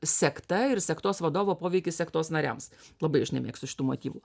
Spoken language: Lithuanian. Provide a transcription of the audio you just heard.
sekta ir sektos vadovo poveikis sektos nariams labai aš nemėgstu šitų motyvų